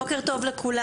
בוקר טוב לכולם.